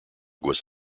was